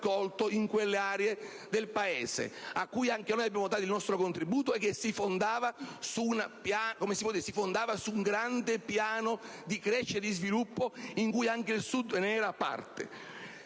raccolto nelle aree meridionali, a cui anche noi abbiamo dato il nostro contributo, che si fondava su un grande piano di crescita e di sviluppo di cui il Sud stesso era parte.